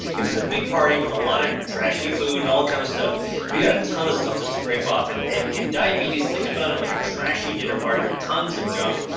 if it's a big party with a lot of trashy food and all kind of stuff you got a ton of stuff to scrape off, and in in diabetes, think about it like a trashy dinner party with tons of junk,